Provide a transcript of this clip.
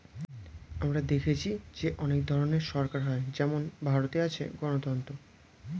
আমরা দেখেছি যে অনেক ধরনের সরকার হয় যেমন ভারতে আছে গণতন্ত্র